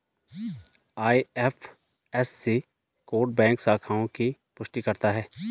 IFSC code bank शाखाओं की पुष्टि करता है